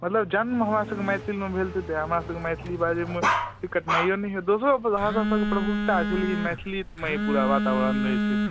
मतलब जन्म हमरासभके मैथिलमे भेल छै तैँ हमरासभकेँ मैथिली बाजैमे ओतेक कठिनाइओ नहि होइए दोसरो भाषासभके प्रभुत्ता छै लेकिन मैथिलीमय पूरा वातावरण रहैत छै